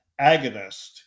Agonist